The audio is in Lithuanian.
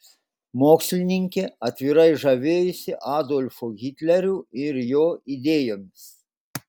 mokslininkė atvirai žavėjosi adolfu hitleriu ir jo idėjomis